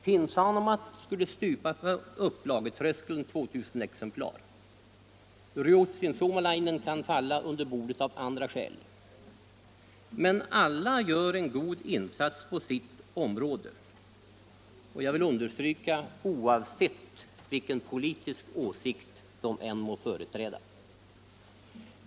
Finn Sanomat skulle stupa på upplagetröskeln 2000 exemplar. Ruotsin Suomalainen kan falla under bordet av andra skäl. Men alla gör en god insats på sitt område oavsett — det vill jag understryka — vilken politisk åsikt de än må företräda.